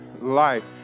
life